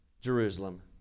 Jerusalem